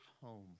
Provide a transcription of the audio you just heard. home